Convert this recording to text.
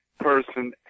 person